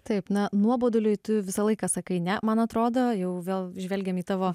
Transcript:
taip na nuoboduliui tu visą laiką sakai ne man atrodo jau vėl žvelgiam į tavo